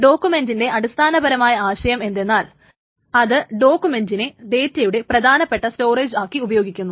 ഡോകുമെന്റിന്റെ അടിസ്ഥാനപരമായ ആശയം എന്തെന്നാൽ അത് ഡോകുമെന്റിനെ ഡേറ്റയുടെ പ്രധാനപ്പെട്ട സ്റ്റോറേജാക്കി ഉപയോഗിക്കുന്നു